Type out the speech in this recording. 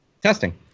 testing